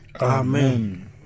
Amen